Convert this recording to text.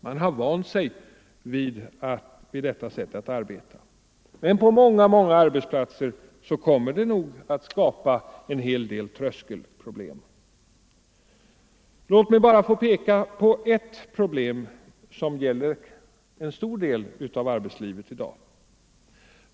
Man har vant sig vid detta sätt att arbeta. Men på många arbetsplatser kommer det nog att skapa en hel del tröskel Låt mig bara få peka på ett problem som gäller en stor del av arbetslivet i dag.